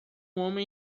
homem